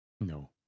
No